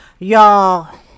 Y'all